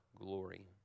glory